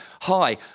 hi